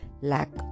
lack